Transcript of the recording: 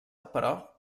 però